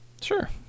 Sure